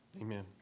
amen